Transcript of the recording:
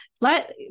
Let